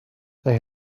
they